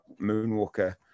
moonwalker